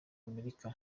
amerika